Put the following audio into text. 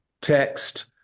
text